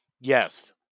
Yes